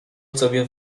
sobie